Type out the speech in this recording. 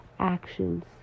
Actions